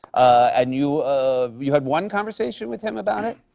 and you um you had one conversation with him about it?